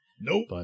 Nope